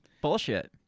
bullshit